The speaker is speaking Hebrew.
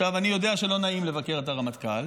עכשיו, אני יודע שלא נעים לבקר את הרמטכ"ל,